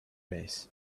base